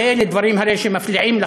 ואלה דברים הרי שמפריעים לך,